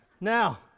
now